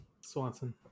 Swanson